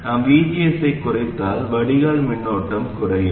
நாம் VGS ஐக் குறைத்தால் வடிகால் மின்னோட்டம் குறையும்